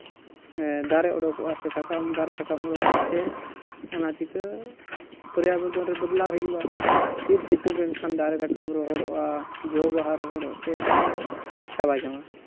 ᱫᱟᱨᱮ ᱚᱰᱳᱠᱚᱜᱼᱟ ᱥᱮ ᱥᱟᱠᱟᱢ ᱫᱟᱨᱮ ᱥᱟᱠᱟᱢ ᱚᱰᱳᱠᱚᱜᱛᱮ ᱚᱱᱟ ᱪᱤᱠᱟᱹ ᱯᱚᱨᱭᱟᱵᱚᱨᱚᱱ ᱨᱮ ᱵᱚᱫᱚᱞᱟᱵ ᱦᱩᱭᱩᱜᱼᱟ ᱯᱷᱤᱨ ᱥᱤᱛᱩᱜ ᱞᱮᱱᱠᱷᱟᱱ ᱫᱟᱨᱮ ᱥᱟᱠᱟᱢ ᱨᱚᱦᱚᱲᱚᱜᱼᱟ ᱡᱚᱼᱵᱟᱦᱟ ᱨᱚᱦᱚᱲᱚᱜᱛᱮ ᱚᱱᱟ ᱪᱟᱵᱟ ᱡᱚᱝᱼᱟ